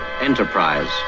Enterprise